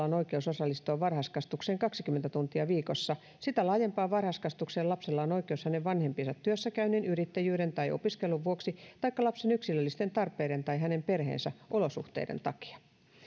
on oikeus osallistua varhaiskasvatukseen kaksikymmentä tuntia viikossa sitä laajempaan varhaiskasvatukseen lapsella on oikeus hänen vanhempiensa työssäkäynnin yrittäjyyden tai opiskelun vuoksi taikka lapsen yksilöllisten tarpeiden tai hänen perheensä olosuhteiden takia